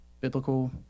biblical